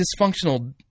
dysfunctional